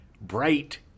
bright